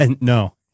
No